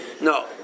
No